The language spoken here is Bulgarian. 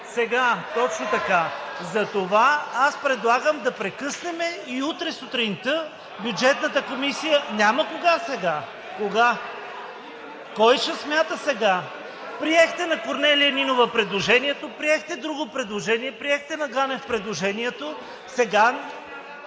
Точно така. Затова предлагам да прекъснем и утре сутринта Бюджетната комисия… (Силен шум и реплики.) Няма кога сега. Кога? Кой ще смята сега? Приехте на Корнелия Нинова предложението, приехте друго предложение, приехте на Ганев предложението. (Силен